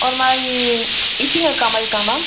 ஒரு மாதிரி இட்ச்சிங் இருக்கா மாதிரி இருக்கா மேம்